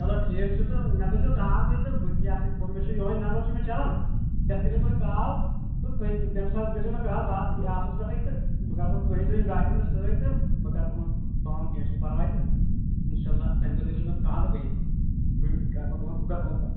چَلو ٹھیٖک چھُ تہٕ مےٚ کٔرۍزیٚو کال تُہۍ تہٕ بہٕ یاسا مےٚ چھُ یوٚہے نَمبر چھُ مےٚ چَلان یتھ کٔرِو تُہۍ کال تہٕ تمٔۍ تَمہِ ساتہٕ کٔرۍزیٚو مےٚ کال بہٕ آسہٕ آفسَس پیٚٹھٕے تہٕ بہٕ کَرہو تُہۍ أنۍزیٚو یِم ڈاکمینٛٹٕس سٍتۍ تہٕ بہٕ کَرٕ تُہٕنٛز کٲم کیٚنٛہہ چھُنہٕ پَرواے تہٕ اِنشااللہ تَمہِ دۅہ کٔرِو تُہۍ کال بہٕ یِمہٕ بہٕ کَرہو بہٕ کَرٕ تُہٕنٛز کٲم